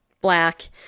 black